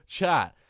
Chat